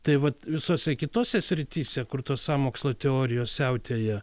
tai vat visose kitose srityse kur tos sąmokslo teorijos siautėja